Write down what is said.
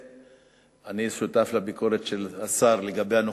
אני שותף לביקורת של השר לגבי הנוכחות,